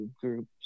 groups